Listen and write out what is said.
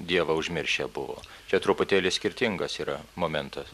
dievą užmiršę buvo čia truputėlį skirtingas yra momentas